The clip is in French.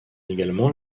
également